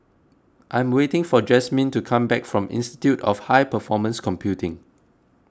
I am waiting for Jazmyne to come back from Institute of High Performance Computing